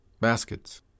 Baskets